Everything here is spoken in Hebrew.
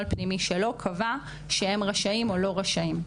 פנימי שלו קבע שהם רשאים או לא רשאים.